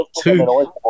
two